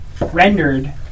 rendered